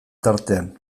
tartean